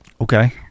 Okay